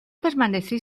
permanecí